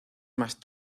más